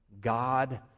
God